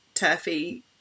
turfy